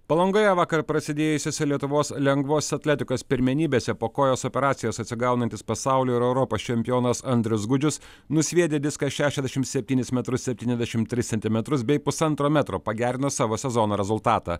palangoje vakar prasidėjusiose lietuvos lengvos atletikos pirmenybėse po kojos operacijos atsigaunantis pasaulio ir europos čempionas andrius gudžius nusviedė diską šešiasdešimt septynis metrus septyniasdešimt tris centimetrus bei pusantro metro pagerino savo sezono rezultatą